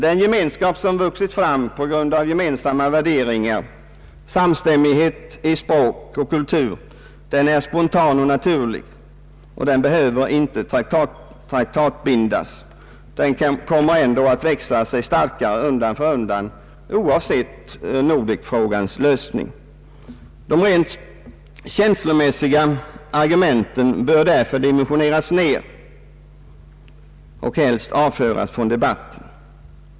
Den gemenskap som vuxit fram på grund av gemensamma värderingar, samstämmighet i språk och kultur är spontan och naturlig. Den behöver inte traktatbindas. Den kommer ändå att växa sig starkare undan för undan oavsett Nordekfrågans lösning. De rent känslomässiga argumenten bör därför dimensioneras ner och helst avföras från debatten.